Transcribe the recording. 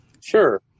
Sure